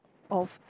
of